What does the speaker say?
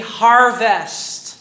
harvest